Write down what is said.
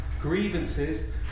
grievances